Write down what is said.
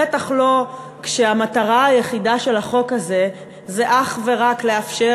בטח לא כשהמטרה היחידה של החוק הזה היא אך ורק לאפשר